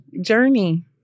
journey